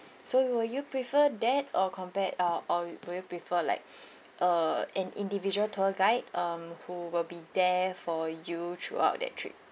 so will you prefer that or compare uh or would you prefer like uh an individual tour guide um who will be there for you throughout that trip